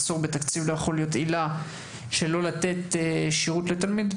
מחסור בתקציב לא יכול להיות עילה שלא לתת שירות לתלמיד.